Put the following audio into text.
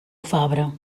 fabra